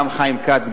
גם חיים כץ,